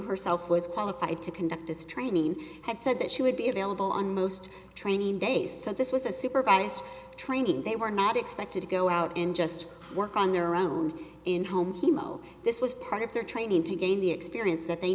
herself was qualified to conduct this training had said that she would be available on most training days so this was a supervised training they were not expected to go out and just work on their own in home chemo this was part of their training to gain the experience that they